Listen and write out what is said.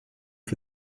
for